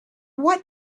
what